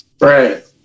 Right